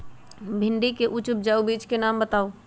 भिंडी के उच्च उपजाऊ बीज के नाम बताऊ?